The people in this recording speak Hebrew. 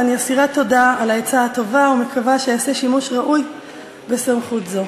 ואני אסירת תודה על העצה הטובה ומקווה שאעשה שימוש ראוי בסמכות זו.